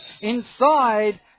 inside